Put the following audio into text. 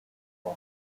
for